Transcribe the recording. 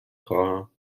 خواهم